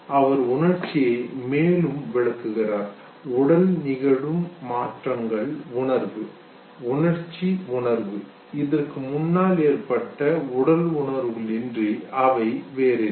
அவர் உணர்ச்சியை மேலும் விளக்குகிறார் உடலில் நிகழும் மாற்றங்களின் உணர்வு உணர்ச்சி உணர்வு இதற்கு முன்னால் ஏற்பட்ட உடல் உணர்வுகள் இன்றி அவை வேறு இல்லை